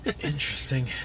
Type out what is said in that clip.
interesting